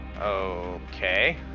Okay